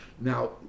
Now